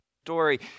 story